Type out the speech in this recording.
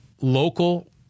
local